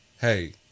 Hey